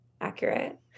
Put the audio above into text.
accurate